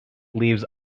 leaves